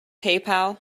paypal